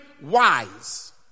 wise